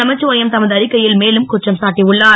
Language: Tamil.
நமச்சிவாயம் தமது அறிக்கையில் மேலும் குற்றம் சாட்டியுளார்